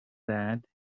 that